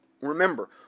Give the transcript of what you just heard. remember